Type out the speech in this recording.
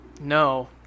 No